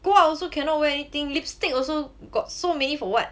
go out also cannot wear anything lipstick also got so many for what